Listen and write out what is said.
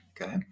Okay